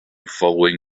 following